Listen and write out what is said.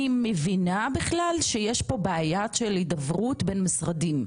אני מבינה בכלל שיש פה בעיה של הידברות בין משרדים,